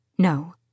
No